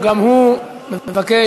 אני מבקש,